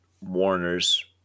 warners